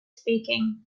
speaking